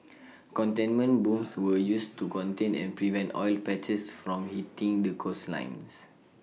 containment booms were used to contain and prevent oil patches from hitting the coastlines